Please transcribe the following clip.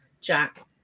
Jack